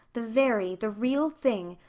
the very, the real thing,